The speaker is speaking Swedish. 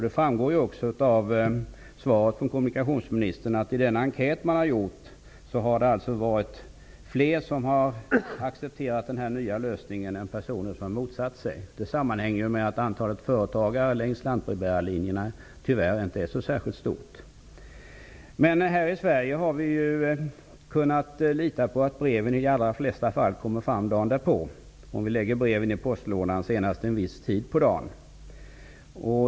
Det framgår också av svaret från kommunikationsministern. Enligt den enkätundersökning man har gjort är det fler som har accepterat den här lösningen än som har motsatt sig den. Det sammanhänger med att antalet företagare längs lantbrevbärarlinjerna tyvärr inte är så särskilt stort. Här i Sverige har vi ju kunnat lita på att breven i de allra flesta fall kommer fram dagen därpå, nämligen om vi lägger dem på postlådan senast vid en viss tidpunkt på dagen.